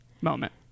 moment